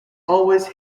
always